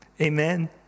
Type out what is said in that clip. Amen